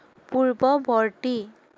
পূৰ্ৱবৰ্তী